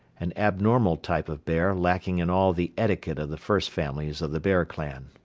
an abnormal type of bear lacking in all the etiquette of the first families of the bear clan.